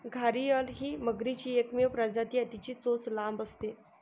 घारीअल ही मगरीची एकमेव प्रजाती आहे, तिची चोच लांब असते